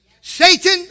Satan